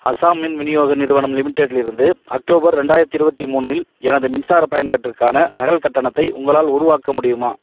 அசாம் மின் விநியோக நிறுவனம் லிமிடெட்டிலிருந்து அக்டோபர் ரெண்டாயிரத்தி இருபத்தி மூணில் எனது மின்சார பயன்பாட்டிற்கான நகல் கட்டணத்தை உங்களால் உருவாக்க முடியுமா